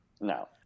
no